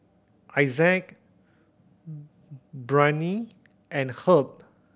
Isaac Brianne and Herb